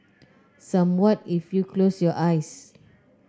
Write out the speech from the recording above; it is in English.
somewhat if you close your eyes